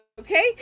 okay